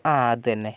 ആ അതന്നെ